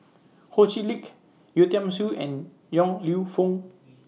Ho Chee Lick Yeo Tiam Siew and Yong Lew Foong